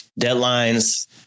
deadlines